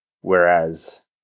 Whereas